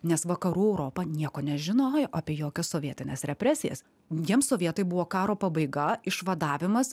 nes vakarų europa nieko nežinojo apie jokias sovietines represijas jiems sovietai buvo karo pabaiga išvadavimas